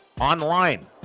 online